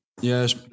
Yes